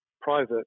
private